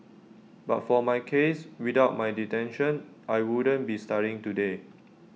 but for my case without my detention I wouldn't be studying today